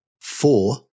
Four